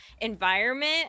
environment